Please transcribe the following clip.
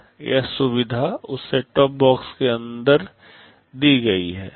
यह सुविधा उस सेट टॉप बॉक्स के अंदर दी गई है